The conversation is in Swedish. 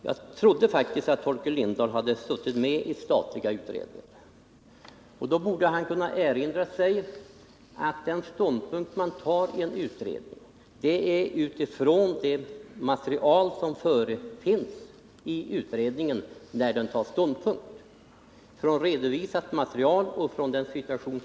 Jag trodde faktiskt att Torkel Lindahl hade suttit med i statliga utredningar och därför borde ha kunnat erinra sig att utredningar baserar sina ståndpunkter på förefintligt material och utifrån rådande situation. Det gjorde dagspresskommittén.